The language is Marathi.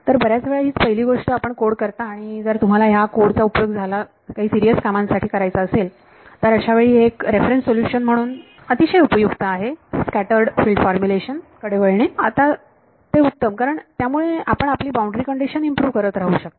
तर बर्याच वेळा हीच पहिली गोष्ट आपण कोड करता आणि जर तुम्हाला या तुमच्या कोड चा उपयोग काही सिरीयस कामासाठी करायचा असेल तर अशावेळी हे एक रेफरन्स सोल्युशन म्हणून अतिशय उपयुक्त आहे स्कॅटर्ड फिल्ड फॉर्मेशन कडे वळणे आता उत्तम कारण त्यामुळे आपण आपली बाउंड्री कंडिशन इम्प्रूव्ह करत राहू शकता